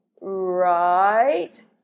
Right